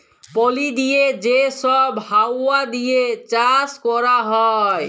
পলি দিঁয়ে যে ছব হাউয়া দিঁয়ে চাষ ক্যরা হ্যয়